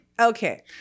Okay